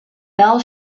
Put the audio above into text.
bell